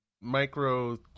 micro